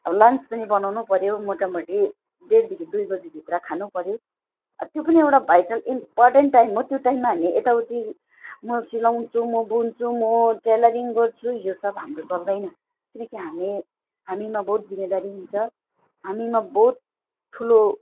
अब लन्च पनि बनाउनु पऱ्यो मोटामोटी डेढदेखि दुई बजीभित्र खानुपऱ्यो त्यो पनि एउटा भाइटल इम्पोर्टेन्ट टाइम हो त्यो टाइममा हामी यताउति म सिलाउँछु म बुन्छु म टेलरिङ गर्छु यो सब हाम्रो चल्दैन किनकि हामी हामीमा बहुत जिम्मेदारी हुन्छ हामीमा बहुत ठुलो